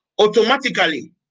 Automatically